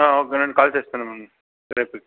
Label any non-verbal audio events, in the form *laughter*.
ఆ ఓకే నేను కాల్ చేస్తాను *unintelligible*